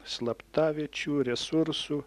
slaptaviečių resursų